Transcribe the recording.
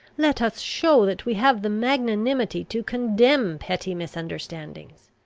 let us show that we have the magnanimity to contemn petty misunderstandings.